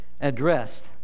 addressed